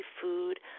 food